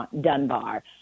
Dunbar